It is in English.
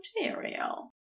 material